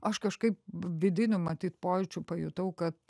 aš kažkaip vidiniu matyt pojūčiu pajutau kad